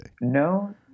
No